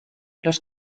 los